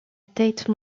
tate